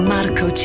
Marco